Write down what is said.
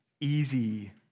easy